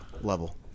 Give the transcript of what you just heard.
level